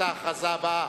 הבאה.